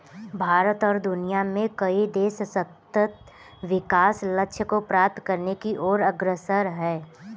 भारत और दुनिया में कई देश सतत् विकास लक्ष्य को प्राप्त करने की ओर अग्रसर है